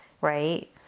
right